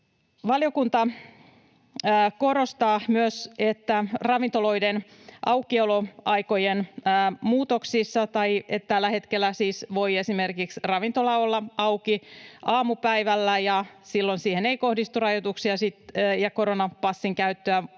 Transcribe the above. siinä testissä käyty. Ravintoloiden aukioloaikojen muutoksista: Tällä hetkellä siis voi esimerkiksi ravintola olla auki aamupäivällä, ja silloin siihen ei kohdistu rajoituksia ja koronapassin käyttöä, ja